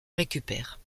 récupèrent